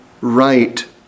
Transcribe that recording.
right